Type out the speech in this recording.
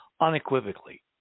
unequivocally